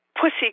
pussy